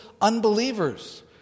unbelievers